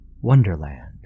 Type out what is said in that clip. wonderland